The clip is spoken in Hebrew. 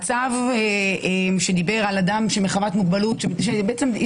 הצו שדיבר על אדם שמחמת מוגבלות, שקבע את